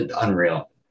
unreal